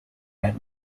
red